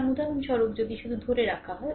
সুতরাং উদাহরণস্বরূপ যদি শুধু ধরে রাখা